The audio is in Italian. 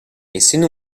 essendo